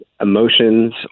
emotions